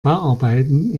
bauarbeiten